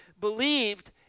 believed